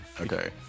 Okay